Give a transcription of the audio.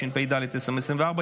התשפ"ד 2024,